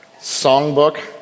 songbook